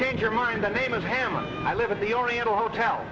change your mind the name of hamlet i live at the oriental hotel